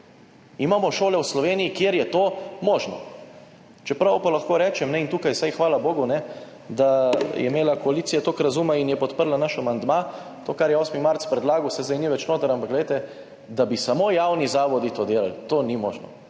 Imamo šole v Sloveniji, kjer je to možno, čeprav pa lahko rečem in tukaj vsaj, hvala bogu, da je imela koalicija toliko razuma in je podprla naš amandma, to kar je 8. marec predlagal, saj zdaj ni več noter, ampak glejte, da bi samo javni zavodi to delali, to ni možno.